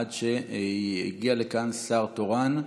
עד שיגיע לכאן שר תורן.